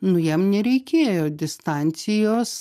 nu jam nereikėjo distancijos